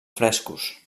frescos